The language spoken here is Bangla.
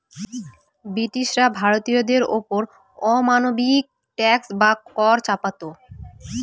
ব্রিটিশরা ভারতীয়দের ওপর অমানবিক ট্যাক্স বা কর চাপাতো